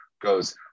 goes